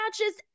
matches